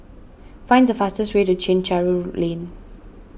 find the fastest way to Chencharu Lane